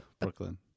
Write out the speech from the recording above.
brooklyn